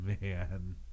man